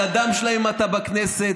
על הדם שלהם אתה בכנסת.